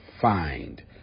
find